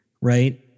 Right